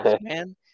man